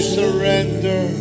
surrender